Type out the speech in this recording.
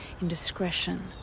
indiscretion